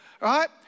right